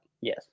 Yes